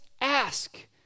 ask